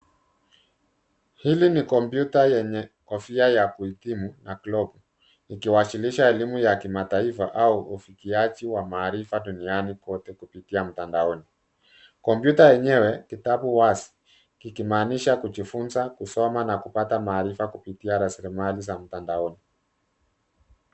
Hili ni kompyuta yenye kofia ya kuhitimu na globu iki wasilisha elimu ya kimataifa ua ufikiaji wa maarifa duniani kwote kupitia mtandaoni. Kompyuta yenyewe kitapo wazi kikimaanisha kujifunza kusoma na kupata maarifa na kupitia rasilimali za mtandaoni.